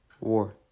War